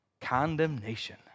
condemnation